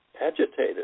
agitated